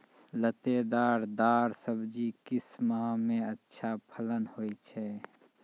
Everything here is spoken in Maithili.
लतेदार दार सब्जी किस माह मे अच्छा फलन होय छै?